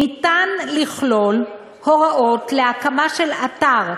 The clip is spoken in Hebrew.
ניתן לכלול הוראות להקמה של אתר,